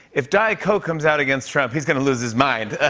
if diet coke comes out against trump, he's going to lose his mind.